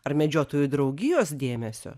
ar medžiotojų draugijos dėmesio